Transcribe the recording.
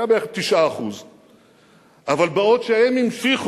היה בערך 9%. אבל בעוד הם המשיכו